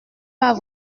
pas